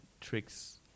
tricks